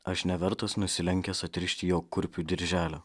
aš nevertas nusilenkęs atrišti jo kurpių dirželio